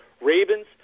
Ravens